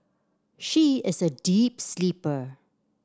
she is a deep sleeper